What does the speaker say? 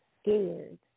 scared